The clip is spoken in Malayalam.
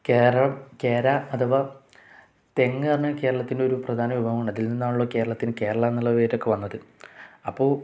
കേരളം കേര അഥവാ തെങ്ങ് എന്നു പറഞ്ഞാൽ കേരളത്തിൻ്റെ ഒരു പ്രധാന വിഭവമാണ് അതിൽ നിന്നാണല്ലോ കേരളത്തിന് കേരള എന്നുള്ള പേരൊക്കെ വന്നത് അപ്പോൾ